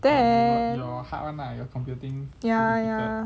then ya ya